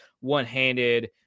one-handed